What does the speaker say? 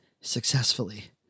successfully